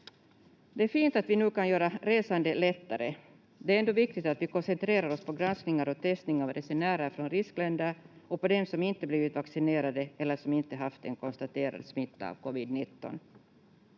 Det är fint att vi nu kan göra resandet lättare. Det är ändå viktigt att vi koncentrerar oss på granskningar och testning av resenärer från riskländer och på dem som inte blivit vaccinerade eller som inte haft en konstaterad smitta av covid-19.